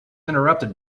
interrupted